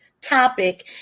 Topic